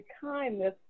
kindness